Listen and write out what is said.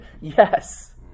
Yes